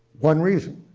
one reason,